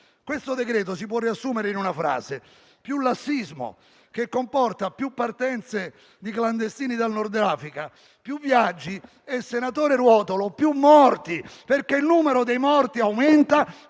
Questo decreto-legge si può riassumere in una frase: più lassismo, che comporta più partenze di clandestini dal Nord Africa, più viaggi e, senatore Ruotolo, più morti. Il numero dei morti, infatti,